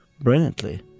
brilliantly